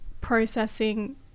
processing